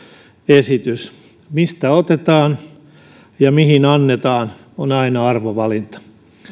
esitys mistä otetaan ja mihin annetaan on aina arvovalinta